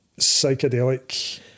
psychedelic